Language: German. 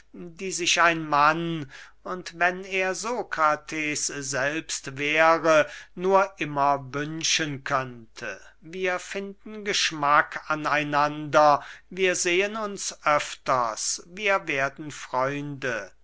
die sich ein mann und wenn er sokrates selbst wäre nur immer wünschen könnte wir finden geschmack an einander wir sehen uns öfters wir werden freunde